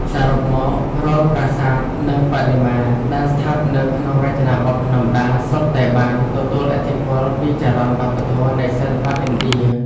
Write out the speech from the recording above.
សរុបមក រាល់ប្រាសាទនិងបដិមា ដែលស្ថិតនៅក្នុងរចនាបថភ្នំដា សុទ្ធតែបាន ទទួលឥទ្ធិពលពីចរន្តវប្បធម៌នៃសិល្បៈឥណ្ឌា។